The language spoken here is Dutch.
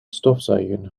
stofzuigen